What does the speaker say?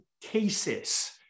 cases